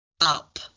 Up